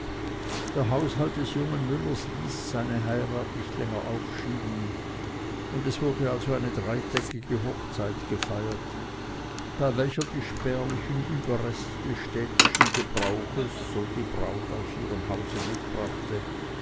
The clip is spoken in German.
der haushalt des jungen müllers ließ seine heirat nicht länger aufschieben und es wurde also eine dreitägige hochzeit gefeiert bei welcher die spärlichen überreste städtischen gebrauches so die braut aus ihrem hause mitbrachte